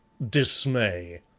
dismay!